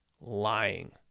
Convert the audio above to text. lying